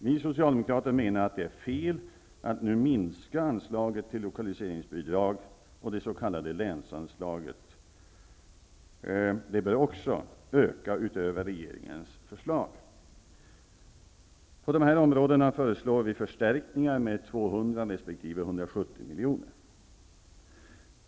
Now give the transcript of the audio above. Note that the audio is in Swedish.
Vi socialdemokrater menar att det är felaktigt att nu minska anslaget till lokaliseringsbidrag, och det s.k. länsanslaget bör också ökas utöver regeringens förslag. På dessa områden föreslår vi förstärkningar med 200 resp. 170 milj.kr.